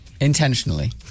Intentionally